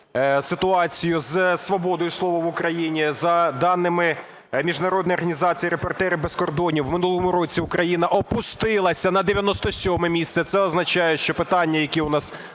ситуацію зі свободою слова в Україні. За даними міжнародної організації "Репортери без кордонів" в минулому році Україна опустилася на 97 місце, а це означає, що питання, які в нас